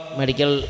medical